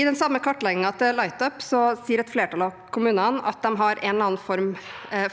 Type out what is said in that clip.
I den samme kartleggingen til Lightup sier et flertall av kommunene at de har en eller annen form